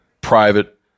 private